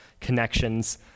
connections